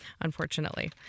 unfortunately